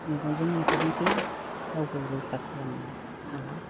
मेगनजों नुहुरनोसै रावबो रैखा खालामनो हाला